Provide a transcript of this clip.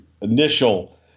initial